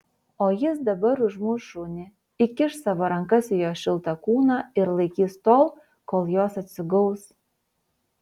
o jis dabar užmuš šunį įkiš savo rankas į jo šiltą kūną ir laikys tol kol jos atsigaus